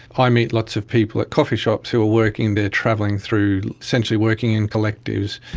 i meet lots of people at coffee shops who are working there, travelling through, essentially working in collectives.